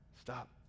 stop